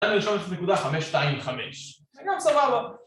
תן לי לרשום שזה נקודה 525 זה גם סבבה